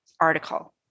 article